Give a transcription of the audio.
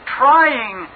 trying